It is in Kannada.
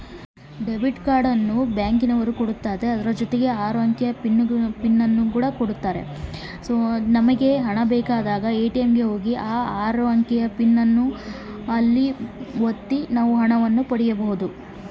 ಡೆಬಿಟ್ ಕಾರ್ಡನ್ನು ಆರಂಭ ಮಾಡೋದು ಹೇಗೆ?